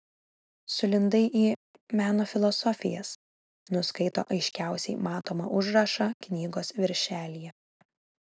sulindai į meno filosofijas nuskaito aiškiausiai matomą užrašą knygos viršelyje